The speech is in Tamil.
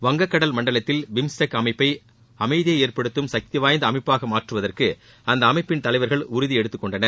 வங்க கடல் மண்டலத்தில் பிம்ஸ்டெக் அமைப்பை அமைதியை ஏற்படுத்தும் சக்திவாய்ந்த அமைப்பாக மாற்றுவதற்கு அந்த அமைப்பின் தலைவர்கள் உறுதி எடுத்துக்கொண்டனர்